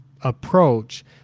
approach